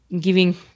giving